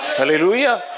Hallelujah